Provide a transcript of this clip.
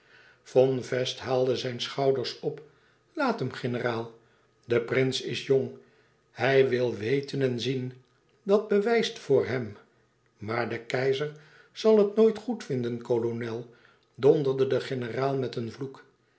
von fest haalde zijn schouders op laat hem generaal de prins is jong hij wil weten en zien dat bewijst voor hem maar de keizer zal het nooit goed vinden kolonel donderde de generaal met een vloek